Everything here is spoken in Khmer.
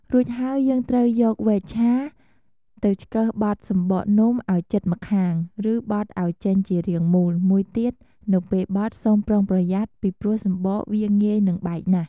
រួចហើយ យើងត្រូវយកវែកឆាទៅឆ្កឹះបត់សំបកនំឱ្យជិតម្ខាង ឬ បត់ឱ្យចេញជារាងមូល មួយទៀត នៅពេលបត់ សូមប្រុងប្រយ័ត្នពីព្រោះសំបកវាងាយនឹងបែកណាស់។